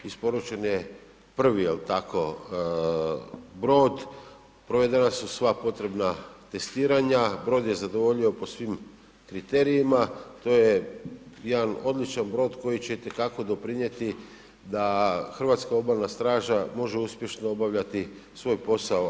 Isporučen je prvi, je li tako, brod, provedena su sva potrebna testiranja, brod je zadovoljio po svim kriterijima, to je jedan odličan brod koji će itekako doprinijeti da hrvatska Obalna straža može uspješno obavljati svoj posao.